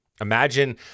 Imagine